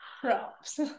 Props